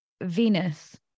Venus